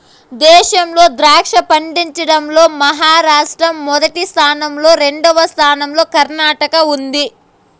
దేశంలో ద్రాక్ష పండించడం లో మహారాష్ట్ర మొదటి స్థానం లో, రెండవ స్థానం లో కర్ణాటక ఉంది